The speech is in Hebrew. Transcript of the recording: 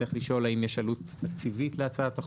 צריך לשאול אם יש עלות תקציבית להצעת החוק.